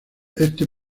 este